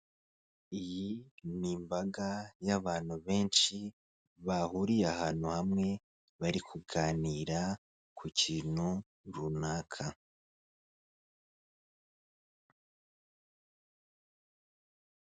Iyi ni imbaga y'abantu benshi bahuriye ahantu hamwe bari kuganira ku kintu runaka.